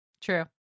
True